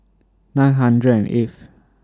nine hundred and eighth